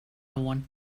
want